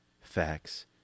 facts